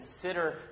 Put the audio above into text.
consider